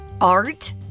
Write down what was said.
art